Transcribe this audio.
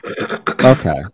Okay